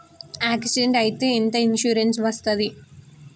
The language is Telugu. యాక్సిడెంట్ అయితే ఎంత ఇన్సూరెన్స్ వస్తది?